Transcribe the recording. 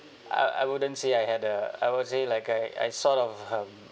I I wouldn't say I had a I would say like uh I sort of um